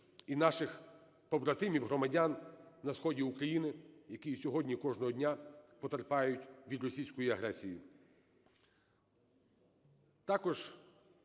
і наших побратимів, громадян на сході України, які і сьогодні кожного дня потерпають від російської агресії.